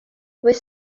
with